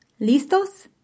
¿Listos